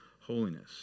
holiness